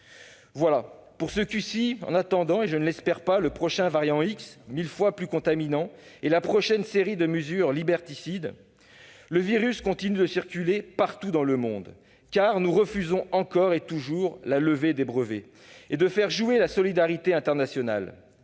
Voilà pour ce coup-ci, en attendant- je ne l'espère pas -le prochain variant X, mille fois plus contaminant, et la prochaine série de mesures liberticides ! Le virus continue de circuler partout dans le monde, car nous refusons, encore et toujours, la levée des brevets et de faire jouer la solidarité internationale.